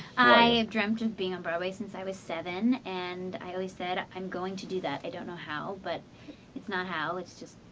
i dreamt of being on broadway since i was seven. and i, always said, i'm going to do that. i don't know how, but it's not how, it's just